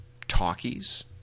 talkies